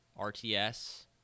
RTS